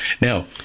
Now